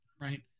right